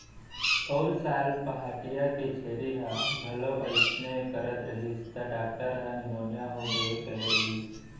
पउर साल पहाटिया के छेरी ह घलौ अइसने करत रहिस त डॉक्टर ह निमोनिया होगे हे कहे रहिस